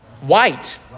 White